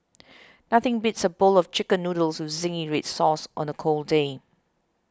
nothing beats a bowl of Chicken Noodles with Zingy Red Sauce on a cold day